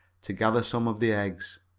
to gather some of the eggs.